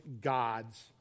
God's